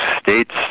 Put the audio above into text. states